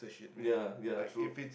ya ya true